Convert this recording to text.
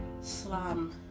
slam